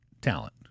talent